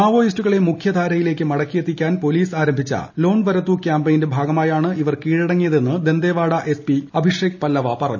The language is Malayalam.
മാവോയിസ്റ്റുകളെ മുഖ്യധാരയ്യില്ല്ക്ക് മടക്കിയെത്തിക്കാൻ പോലീസ് ആരംഭിച്ച ലോൺ വീരുതു കാമ്പൃയിന്റെ ഭാഗമായാണ് ഇവർ കീഴടങ്ങിയതെന്ന് ദിന്തേവാഡ എസ് പി അഭിഷേക് പല്ലവ പറഞ്ഞു